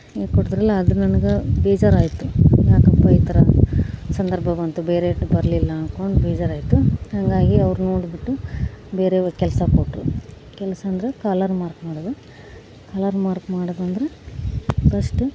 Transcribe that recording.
ಹೇಳಿ ಕೊಟ್ಟಿದ್ರಲ್ಲ ಅದು ನನಗೆ ಬೇಜಾರಾಯಿತು ಯಾಕಪ್ಪ ಈ ಥರ ಸಂದರ್ಭ ಬಂತು ಬೇರೆಯಷ್ಟು ಬರಲಿಲ್ಲ ಅಂದ್ಕೊಂಡು ಬೇಜಾರಾಯಿತು ಹಾಗಾಗಿ ಅವ್ರು ನೋಡಿಬಿಟ್ಟು ಬೇರೆಯೊಂದು ಕೆಲಸ ಕೊಟ್ಟರು ಕೆಲಸ ಅಂದರೆ ಕಾಲರ್ ಮಾರ್ಕ್ ಮಾಡೋದು ಕಾಲರ್ ಮಾರ್ಕ್ ಮಾಡೋದೆಂದ್ರೆ ಫಸ್ಟ್